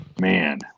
Man